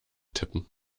tippen